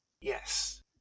Yes